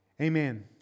Amen